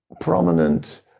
prominent